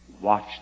Watch